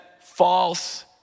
false